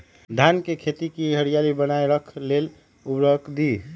धान के खेती की हरियाली बनाय रख लेल उवर्रक दी?